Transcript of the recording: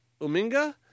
Uminga